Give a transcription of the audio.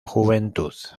juventud